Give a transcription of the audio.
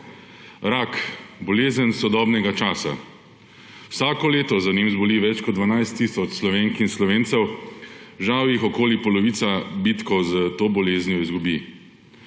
Rak, bolezen sodobnega časa, vsako leto za njim zboli več kot 12 tisoč Slovenk in Slovencev, žal jih okoli polovica bitko s to boleznijo izgubi.